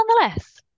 nonetheless